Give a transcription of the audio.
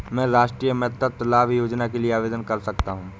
क्या मैं राष्ट्रीय मातृत्व लाभ योजना के लिए आवेदन कर सकता हूँ?